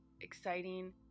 exciting